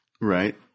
Right